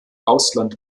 ausland